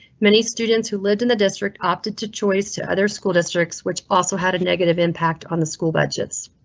many students who lived in the district opted to choice to other school districts, which also had a negative impact on the school budgets.